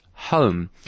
home